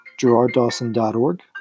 GerardDawson.org